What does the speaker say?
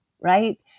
right